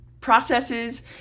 processes